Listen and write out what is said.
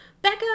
Becca